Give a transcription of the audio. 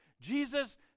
Jesus